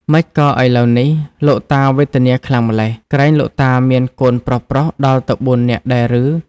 ម៉េចក៏ឥឡូវនេះ លោកតាវេទនាខ្លាំងម៉្លេះ ក្រែងលោកតាមានកូនប្រុសៗដល់ទៅ ៤នាក់ដែរឬ។